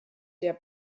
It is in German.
der